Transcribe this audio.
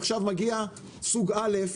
ועכשיו מגיע סוג א'.